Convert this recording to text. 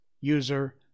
user